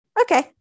Okay